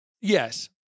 Yes